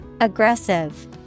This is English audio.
Aggressive